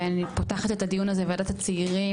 ואני פותחת את הדיון הזה בוועדת הצעירים.